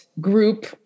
group